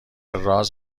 راز